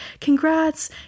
congrats